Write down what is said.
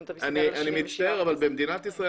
אני מצטער, נתוני ההרשעה במדינת ישראל